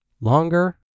longer